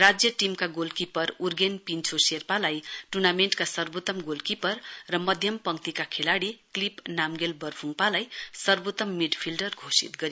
राज्य टीमका गोलकिपर उर्गेन पिन्छो शेर्पालाई टुर्नामेण्टमा सर्वोत्तम गोलकिपर र मध्यमपंक्तिका खेलाड़ी क्लिप नाम्गेरल बर्फुङपालाई सर्वोत्तम मिडफिल्डर घोषित गरियो